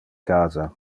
casa